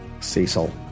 Cecil